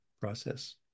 process